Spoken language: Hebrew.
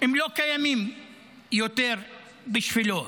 הם לא קיימים יותר בשבילו.